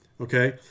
Okay